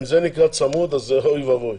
יש רכזת --- אם זה נקרא צמוד אז אוי ואבוי.